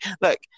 Look